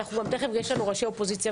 ואני יכולה לומר לכם שמבחינת הבעיות שנשארו,